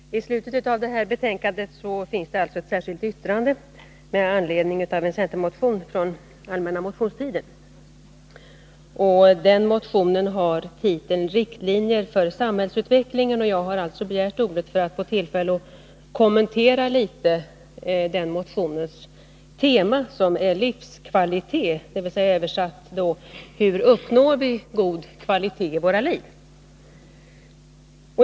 Herr talman! I slutet av det här betänkandet finns ett särskilt yttrande med anledning av en centermotion från allmänna motionstiden. Den motionen har titeln Riktlinjer för samhällsutvecklingen, och jag har begärt ordet för att få tillfälle att litet kommentera motionens tema: Hur uppnår vi god kvalitet i vårt liv?